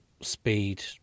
speed